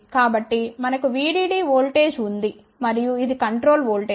కాబట్టి మనకు VDD voltage ఉంది మరియు ఇది కంట్రోల్ ఓల్టేజ్